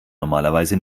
normalerweise